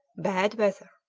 bad weather.